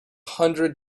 hundred